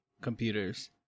computers